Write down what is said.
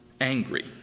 angry